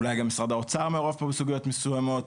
אולי גם משרד האוצר מעורב פה בסוגיות מסוימות,